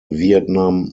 vietnam